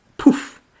poof